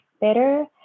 better